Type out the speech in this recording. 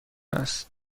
است